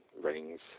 rings